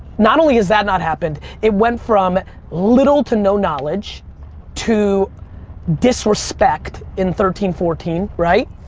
not only is that not happened, it went from little to no knowledge to disrespect in thirteen, fourteen, right?